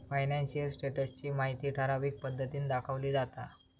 financial status ची माहिती ठराविक पद्धतीन दाखवली जाता